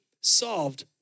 solved